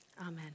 amen